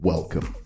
Welcome